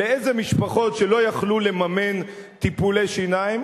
איזה משפחות לא יכלו לממן טיפולי שיניים.